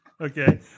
Okay